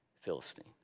Philistine